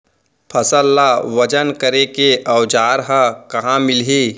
फसल ला वजन करे के औज़ार हा कहाँ मिलही?